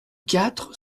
quatre